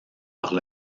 par